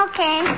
Okay